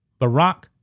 Barack